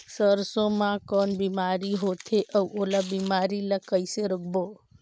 सरसो मा कौन बीमारी होथे अउ ओला बीमारी ला कइसे रोकबो?